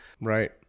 right